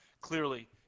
Clearly